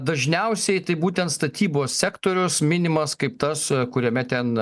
dažniausiai tai būtent statybos sektorius minimas kaip tas kuriame ten